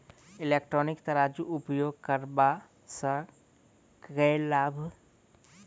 Electronic तराजू उपयोग करबा सऽ केँ लाभ?